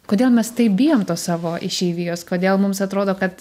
kodėl mes taip bijom tos savo išeivijos kodėl mums atrodo kad